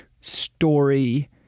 story